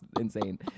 insane